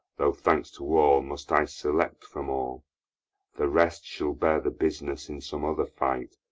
though thanks to all, must i select from all the rest shall bear the business in some other fight,